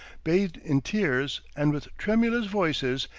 bathed in tears, and with tremulous voices,